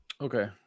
Okay